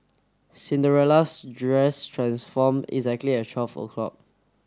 Cinderella's dress transformed exactly at twelve o'clock